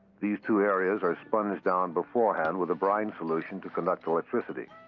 these two areas are sponged down beforehand with a brine solution to conduct electricity.